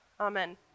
Amen